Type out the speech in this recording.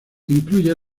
incluye